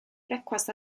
brecwast